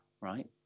right